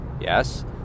Yes